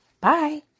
Bye